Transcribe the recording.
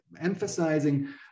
emphasizing